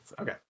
Okay